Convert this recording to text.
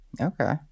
Okay